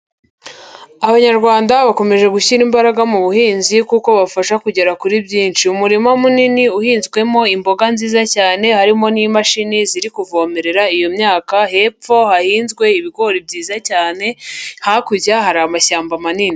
Abanyarwanda bakomeje gushyira imbaraga mu buhinzi kuko bubafasha kugera kuri byinshi. Umurima munini uhinzwemo imboga nziza cyane, harimo n'imashini ziri kuvomerera iyo myaka hepfo hahinzwe ibigori byiza cyane, hakurya hari amashyamba manini.